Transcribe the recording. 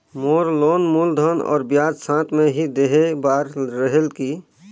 मोर loan मूलधन और ब्याज साथ मे ही देहे बार रेहेल की?